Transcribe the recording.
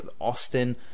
Austin